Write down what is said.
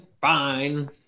Fine